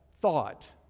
thought